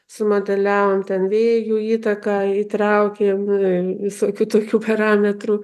sumodeliavom ten vėjų įtaką įtraukėm visokių tokių parametrų